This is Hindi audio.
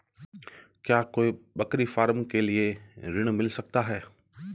क्या कोई बकरी फार्म के लिए ऋण मिल सकता है?